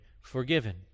forgiven